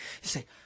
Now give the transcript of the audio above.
say